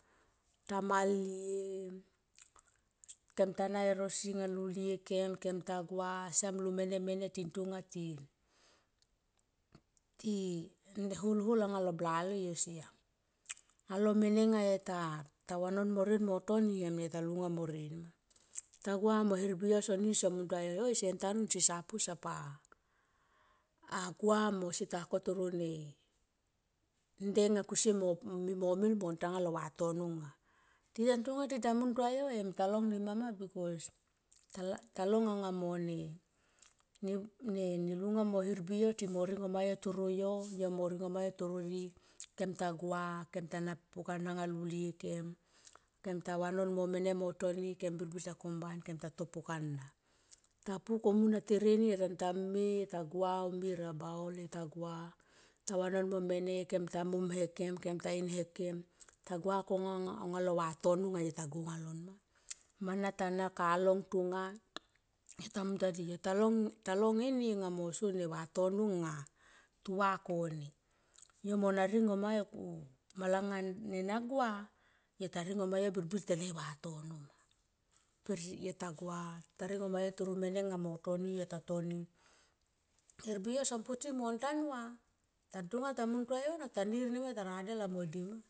Ta malie kem ta na e rosi anga lulie kem kem ta gua siam lo mene mene tin tonga ti, ti me holhol alo bla lo yo siam. Alo mene nga yo ta vanon mo rien mo toni em yo ta lunga morien ta gua mo hermbi yo son nir son mun tua yo oi senta nun sesa pu se sapa a gua mo seta koto ro ne nde nga kusie mo mil mo tanga lo vatono nga tita ntonga tita mun tua yo em talong nema ma bikos talong anga mone. Ne lunga mo hermbi yo timo ringo ma yo toro yo yo mo ringo ma yo toro di kem ta gua kem ta na pukana nga lulie kem, kem ta vanon mo mene mo toni kem birbir sa kombin kem ga to pukana. Ta pua komu anga tere yon ta tame yo tagua aume rabaul pe yo tagua ta vanon mo mene kem ta mom hakem, kem ta in ha kem ta gua konga lo vatono nga yo ta go nga lon ma. Mana nga ta na ka long tonga yo ta muntua di ta long eni anga yo moso vatono nga ta va kome yo mo na ringo ma yo malanga nena gua yo ta ringo ma yo birbir tele vatono ma per yo ta gua ta ringo ma yo toro mene nga yo mo toni yota toni hermbi yo son poti mon tanua tan tonga ta mun tua yo na tanir nema ta radel amo di ma.